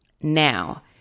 Now